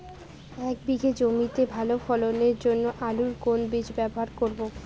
এক বিঘে জমিতে ভালো ফলনের জন্য আলুর কোন বীজ ব্যবহার করব?